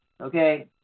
okay